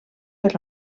per